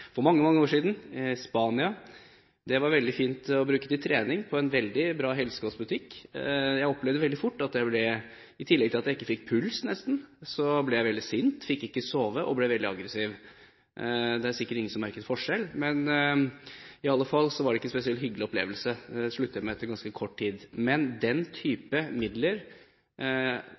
for mange, mange år siden i Spania. Det var veldig fint å bruke til trening og kjøpt på en veldig bra helsekostbutikk, men jeg oppdaget veldig fort at jeg – i tillegg til at jeg nesten ikke fikk puls – ble veldig sint, fikk ikke sove og ble veldig aggressiv. Det var sikkert ingen som merket forskjell, men det var i alle fall ikke noen spesielt hyggelig opplevelse, og jeg sluttet med det etter ganske kort tid. Men